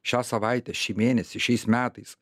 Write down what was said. šią savaitę šį mėnesį šiais metais